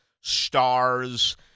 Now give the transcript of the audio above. stars